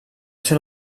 ser